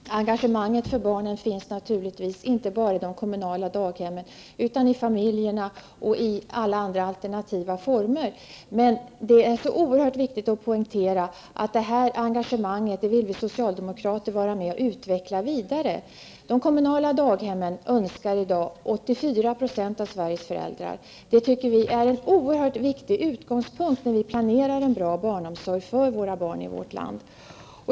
Herr talman! Engagemanget för barnen finns naturligtvis inte bara på de kommunala daghemmen utan även i familjerna och i alla andra alternativa barnomsorgsformer. Men det är så oerhört viktigt att poängtera att vi socialdemokrater vill vara med och utveckla detta engagemang vidare. 84 % av Sveriges föräldrar önskar i dag en kommunal daghemsplats till sina barn. Det tycker vi är en oerhört viktig utgångspunkt när vi planerar en bra barnomsorg för barnen i vårt land.